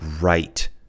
right